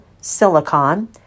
silicon